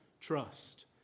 trust